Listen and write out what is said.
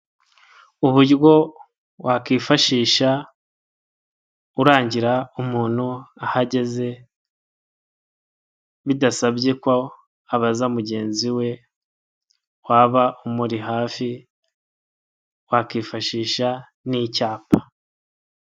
Uburyo wakwifashisha urangira umuntu ahageze bidasabye ko abaza mugenzi we waba umuri hafi wakifashisha n'icyapa.